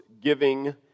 giving